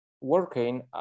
working